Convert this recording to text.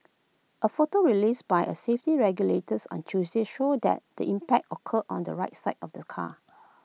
A photo released by A safety regulators on Tuesday showed that the impact occurred on the right side of the car